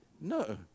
no